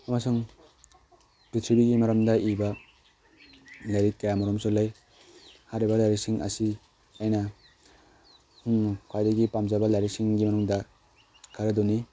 ꯑꯃꯁꯨꯡ ꯄꯤꯊ꯭ꯔꯤꯕꯤꯒꯤ ꯃꯔꯝꯗ ꯏꯕ ꯂꯥꯏꯔꯤꯛ ꯀꯌꯥ ꯑꯃꯔꯣꯝꯁꯨ ꯂꯩ ꯍꯥꯏꯔꯤꯕ ꯂꯥꯏꯔꯤꯛꯁꯤꯡ ꯑꯁꯤ ꯑꯩꯅ ꯈ꯭ꯋꯥꯥꯏꯗꯒꯤ ꯄꯥꯝꯖꯕ ꯂꯥꯏꯔꯤꯛꯁꯤꯡꯒꯤ ꯃꯅꯨꯡꯗ ꯈꯔ ꯑꯗꯨꯅꯤ